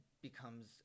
becomes